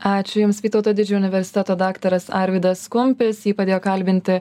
ačiū jums vytauto didžiojo universiteto daktaras arvydas kumpis jį padėjo kalbinti